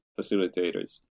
facilitators